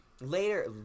later